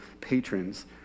patrons